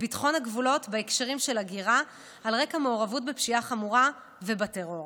ביטחון הגבולות בהקשרים של הגירה על רקע מעורבות בפשיעה חמורה ובטרור,